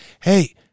hey